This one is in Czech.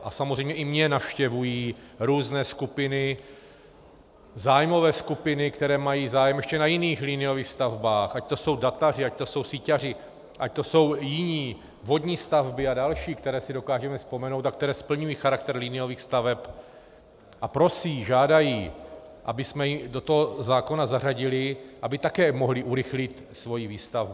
A samozřejmě i mě navštěvují různé zájmové skupiny, které mají zájem ještě na jiných liniových stavbách, ať to jsou dataři, ať to jsou síťaři, ať to jsou jiní, vodní stavby a další, které si dokážeme vzpomenout a které splňují charakter liniových staveb, a prosí, žádají, abychom je do toho zákona zařadili, aby také mohli urychlit svoji výstavbu.